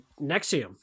Nexium